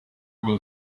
will